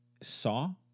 saw